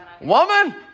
woman